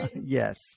Yes